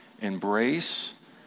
Embrace